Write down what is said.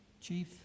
chief